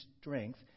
strength